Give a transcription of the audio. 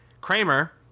Kramer